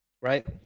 right